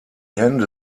hände